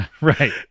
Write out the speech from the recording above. Right